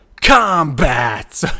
combat